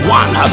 one